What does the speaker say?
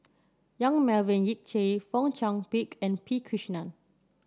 Yong Melvin Yik Chye Fong Chong Pik and P Krishnan